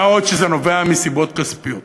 מה עוד שזה נובע מסיבות כספיות.